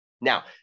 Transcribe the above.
Now